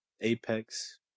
Apex